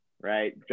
right